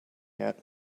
yet